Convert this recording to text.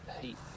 heat